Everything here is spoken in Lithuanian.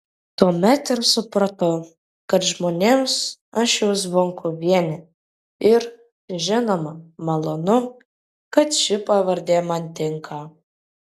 tuomet ir supratau kad žmonėms aš jau zvonkuvienė ir žinoma malonu kad ši pavardė man tinka